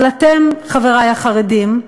אבל אתם, חברי החרדים,